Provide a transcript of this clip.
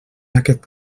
aquest